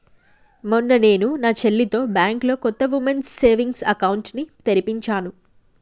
మొన్న నేను నా చెల్లితో బ్యాంకులో కొత్త ఉమెన్స్ సేవింగ్స్ అకౌంట్ ని తెరిపించాను